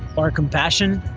our compassion,